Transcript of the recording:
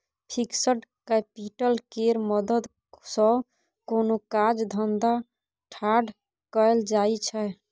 fixed capital केर मदद सँ कोनो काज धंधा ठाढ़ कएल जाइ छै